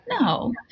No